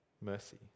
mercy